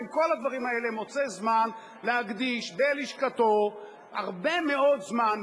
בין כל הדברים האלה מוצא זמן להקדיש בלשכתו הרבה מאוד זמן,